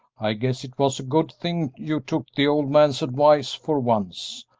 i guess twas a good thing you took the old man's advice for once.